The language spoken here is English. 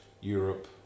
Europe